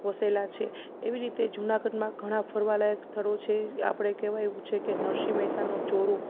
વસેલાં છે એવી રીતે જુનાગઢમાં ઘણા ફરવાલાયક સ્થળો છે એ આપણે કહેવાય એવું છે કે નરસિંહ મહેતાનો ચોરો